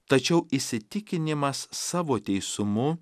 tačiau įsitikinimas savo teisumu